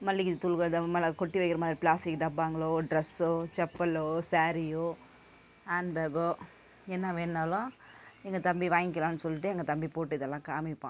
மல்லிகைத்தூள் விதை மிளகா கொட்டி வைக்கிற மாதிரி ப்ளாஸ்டிக் டப்பாங்களோ ட்ரெஸ்ஸோ செப்பலோ சாரீயோ ஹேண்ட் பேக்கோ என்ன வேணுன்னாலும் எங்கள் தம்பி வாங்கிக்கலாம் சொல்லிவிட்டு எங்கள் தம்பி போட்டு இதெல்லாம் காமிப்பான்